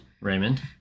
Raymond